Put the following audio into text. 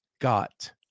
got